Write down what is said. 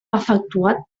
efectuat